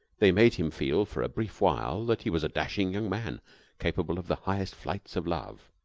they made him feel for a brief while that he was a dashing young man capable of the highest flights of love.